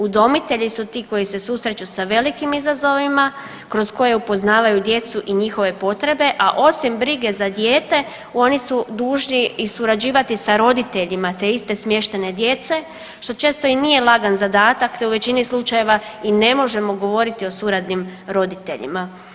Udomitelji su ti koji se susreću sa velikim izazovima kroz koje upoznavanju djecu i njihove potrebe, a osim brige za dijete oni su dužni i surađivati sa roditeljima te iste smještene djece što često i nije lagan zadatak te u većini slučajeva i ne možemo govoriti o suradnim roditeljima.